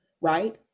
right